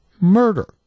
murder